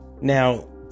Now